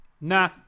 Nah